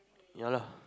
ya lah